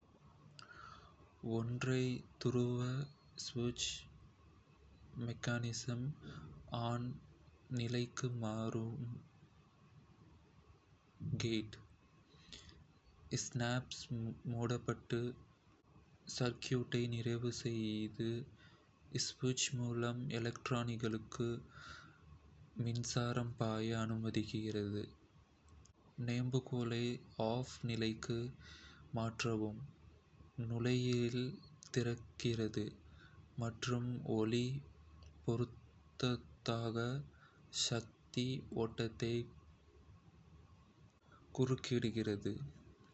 ஒற்றை-துருவ சுவிட்ச் mechanism on நிலைக்கு மாறவும், கேட் ஸ்னாப்ஸ் மூடப்பட்டு, சர்க்யூட்டை நிறைவு செய்து, ஸ்விட்ச் மூலம் லைட் ஃபிக்சருக்கு மின்சாரம் பாய அனுமதிக்கிறது. நெம்புகோலை நிலைக்கு மாற்றவும், நுழைவாயில் திறக்கிறது மற்றும் ஒளி பொருத்துதலுக்கான சக்தி ஓட்டத்தை குறுக்கிடுகிறது.